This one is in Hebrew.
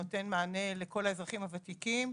שנותן מענה לכל האזרחים הוותיקים.